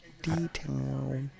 Detail